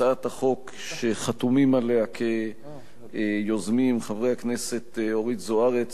הצעת החוק שחתומים עליה כיוזמים חברי הכנסת אורית זוארץ,